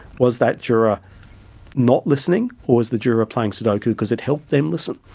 was that juror not listening or was the juror playing sudoku because it helped them listen?